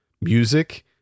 music